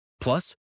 Plus